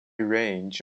range